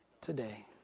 today